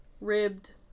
ribbed